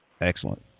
Excellent